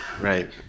Right